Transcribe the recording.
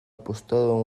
apostado